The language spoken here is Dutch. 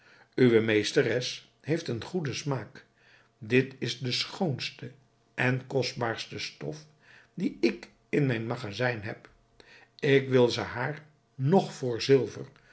uwe meesteres heeft een goeden smaak dit is de schoonste en kostbaarste stof die ik in mijn magazijn heb ik wil ze haar noch voor zilver